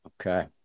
okay